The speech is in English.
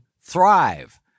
thrive